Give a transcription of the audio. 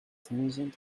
tangent